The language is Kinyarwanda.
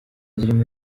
zirimo